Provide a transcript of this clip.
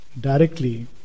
directly